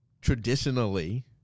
traditionally –